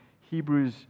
Hebrews